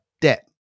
debt